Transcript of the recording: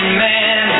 man